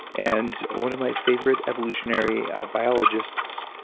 and one of my favorite evolutionary biologists,